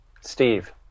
Steve